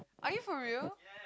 are you for real